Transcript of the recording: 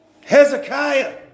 Hezekiah